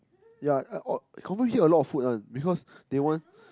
yea I or confirm eat a lot of food one because they want